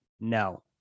no